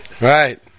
Right